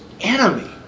enemy